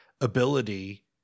ability